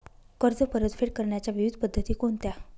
कर्ज परतफेड करण्याच्या विविध पद्धती कोणत्या?